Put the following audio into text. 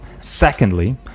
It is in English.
Secondly